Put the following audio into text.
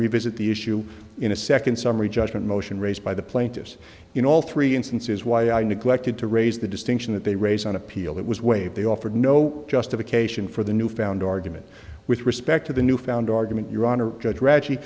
revisit the issue in a second summary judgment motion raised by the plaintiffs in all three instances why i knew collected to raise the distinction that they raise on appeal that was waived they offer no justification for the new found argument with respect to the new found argument your honor judge reggie